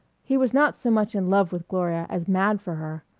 he was not so much in love with gloria as mad for her.